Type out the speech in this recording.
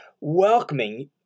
welcoming